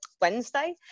Wednesday